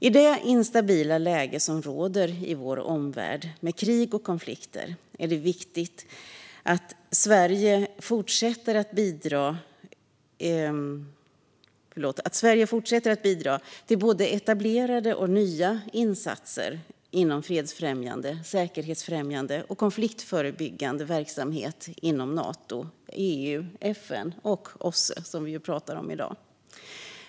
I det instabila läge som råder i vår omvärld, med krig och konflikter, är det viktigt att Sverige fortsätter att bidra till både etablerade och nya insatser inom fredsfrämjande, säkerhetsfrämjande och konfliktförebyggande verksamhet inom Nato, EU, FN och OSSE, som vi ju pratar om i dag.